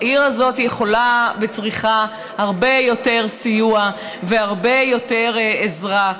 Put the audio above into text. העיר הזאת יכולה וצריכה הרבה יותר סיוע והרבה יותר עזרה.